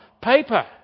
paper